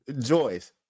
Joyce